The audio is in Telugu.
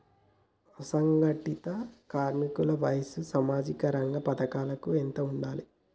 అసంఘటిత కార్మికుల వయసు సామాజిక రంగ పథకాలకు ఎంత ఉండాలే?